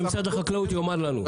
משרד החקלאות יאמר לנו.